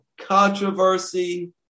controversy